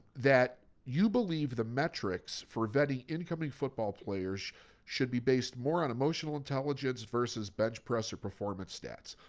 that you believe the metrics for vetting incoming football players should be based more on emotional intelligence versus bench press or performance stats.